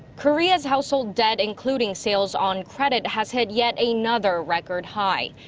korea's household debt. including sales on credit. has hit yet another record high.